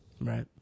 Right